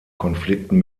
konflikten